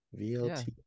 VLT